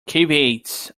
caveats